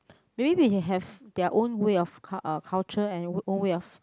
maybe we can have their own way of cul~ uh culture and own way of